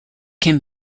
can